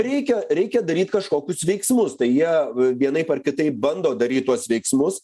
reikia reikia daryt kažkokius veiksmus tai jie vienaip ar kitaip bando daryt tuos veiksmus